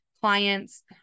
clients